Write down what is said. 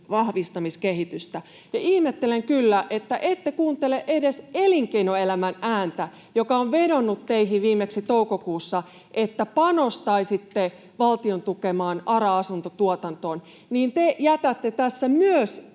vahvistamiskehitystä. Ihmettelen kyllä, että ette kuuntele edes elinkeinoelämän ääntä, joka on vedonnut teihin viimeksi toukokuussa, että panostaisitte valtion tukemaan ARA-asuntotuotantoon. Te jätätte tässä myös